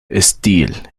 steel